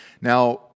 Now